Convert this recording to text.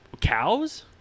cows